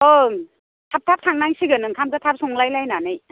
ओइ थाब थाब थांनांसिगोन ओंखामफ्रा थाब संलाय लायनानै